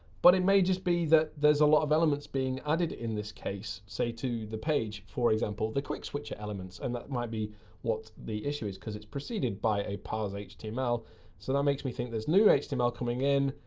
but it may just be that there is a lot of elements being added in this case, say to the page. for example, the quick switcher elements. and that might be what the issue is, because it's preceded by a parse html, so that makes me think there's new html coming in.